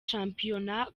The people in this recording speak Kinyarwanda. shampiyona